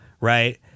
right